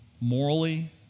morally